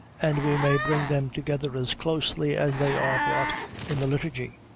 and we may bring them together as closely as they are brought in the liturgy,